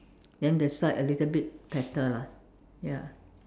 then the side a little bit tattered lah ya